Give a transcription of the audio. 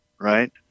right